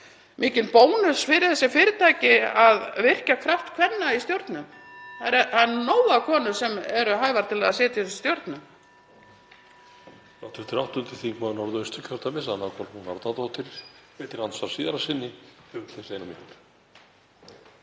mikinn bónus fyrir þessi fyrirtæki að virkja kraft kvenna í stjórnum. Það er nóg af konum sem eru hæfar til að sitja í þessum